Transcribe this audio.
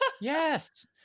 Yes